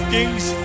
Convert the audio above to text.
Kings